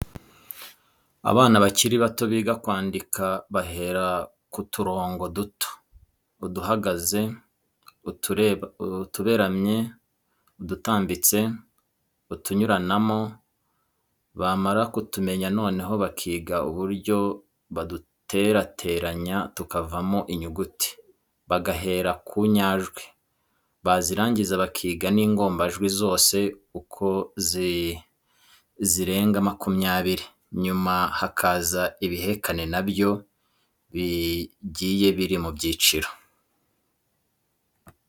Abana bakiri bato biga kwandika bahera ku turongo duto, uduhagaze, utuberamye, udutambitse, utunyuranamo, bamara kutumenya noneho bakiga uburyo baduterateranya tukavamo inyuguti, bagahera ku nyajwi, bazirangiza bakiga n'ingombajwi zose uko zirenga makumyabiri, nyuma hakaza ibihekane na byo bigiye biri mu byiciro.